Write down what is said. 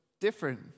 different